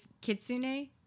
Kitsune